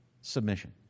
submission